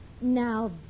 now